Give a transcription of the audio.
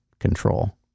control